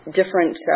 different